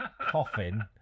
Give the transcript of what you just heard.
coffin